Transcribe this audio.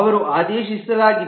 ಅವರು ಆದೇಶಿಸಲಾಗಿದೆ